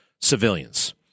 civilians